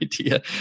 idea